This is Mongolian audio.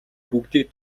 бүгдийг